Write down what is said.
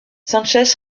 sánchez